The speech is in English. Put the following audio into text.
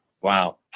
wow